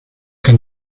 can